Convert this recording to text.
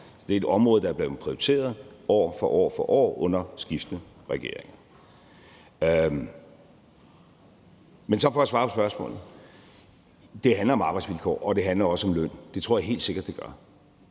det er et område, der er blevet prioriteret år for år for år under skiftende regeringer. Men for at svare på spørgsmålet: Det handler om arbejdsvilkår, og det handler også om løn. Det tror jeg helt sikkert at det gør.